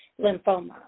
lymphoma